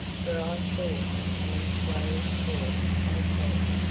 for i saw them coming slowly towards our camp,